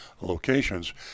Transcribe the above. locations